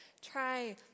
try